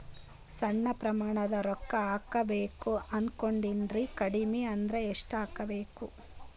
ಸಣ್ಣ ಪ್ರಮಾಣದ ರೊಕ್ಕ ಹಾಕಬೇಕು ಅನಕೊಂಡಿನ್ರಿ ಕಡಿಮಿ ಅಂದ್ರ ಎಷ್ಟ ಹಾಕಬೇಕು?